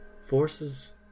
Forces